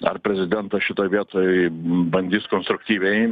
ar prezidentas šitoj vietoj bandys konstruktyviai